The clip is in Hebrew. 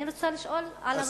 אני רוצה לשאול על הנושאים האלה.